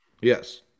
Yes